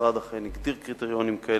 המשרד אכן הגדיר קריטריונים כאלה,